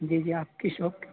جی جی آپ کی شاپ